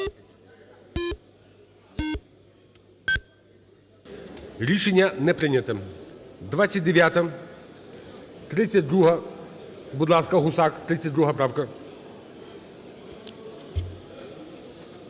Рішення не прийнято. 29-а. 32-а. Будь ласка, Гусак, 32 правка.